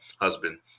husband